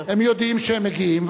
הם יודעים שהם מגיעים,